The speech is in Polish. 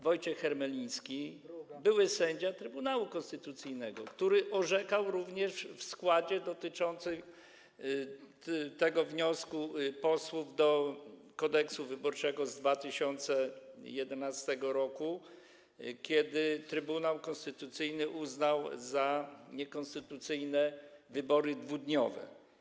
Wojciech Hermeliński, były sędzia Trybunału Konstytucyjnego, który orzekał również w sprawie dotyczącej tego wniosku posłów odnośnie do Kodeksu wyborczego z 2011 r., kiedy Trybunał Konstytucyjny uznał za niekonstytucyjne wybory dwudniowe.